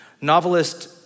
Novelist